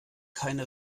keine